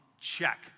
Check